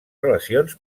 relacions